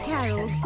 Carol